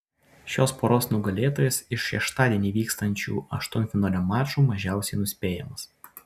šios poros nugalėtojas iš šeštadienį vykstančių aštuntfinalio mačų mažiausiai nuspėjamas